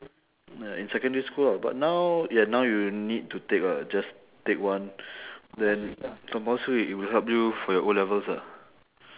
ya in secondary school ah but now ya now you need to take lah just take one then compulsory it will help you for your O-levels ah